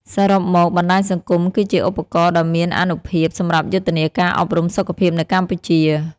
សរុបមក បណ្តាញសង្គមគឺជាឧបករណ៍ដ៏មានអានុភាពសម្រាប់យុទ្ធនាការអប់រំសុខភាពនៅកម្ពុជា។